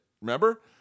Remember